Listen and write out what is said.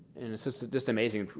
just just amazing,